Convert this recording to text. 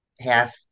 half